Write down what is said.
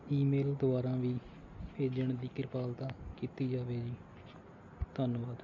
email ਦੁਆਰਾ ਵੀ ਭੇਜਣ ਦੀ ਕਿਰਪਾਲਤਾ ਕੀਤੀ ਜਾਵੇ ਜੀ ਧੰਨਵਾਦ